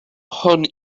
hwn